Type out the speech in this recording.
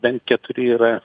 bent keturi yra